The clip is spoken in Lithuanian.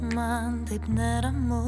man taip neramu